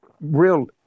real